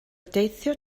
deithio